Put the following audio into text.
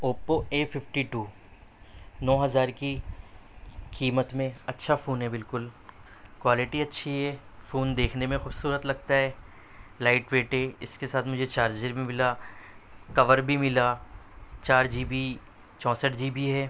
Oppo A fifty two نو ہزار کی قیمت میں اچھا فون ہے بالکل کوالٹی اچھی ہے فون دیکھنے میں خوبصورت لگتا ہے لائٹ ویٹ ہے اس کے ساتھ مجھے چارجر بھی ملا کوَر بھی ملا چار جی بی چونسوٹھ جی بی ہے